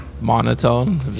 monotone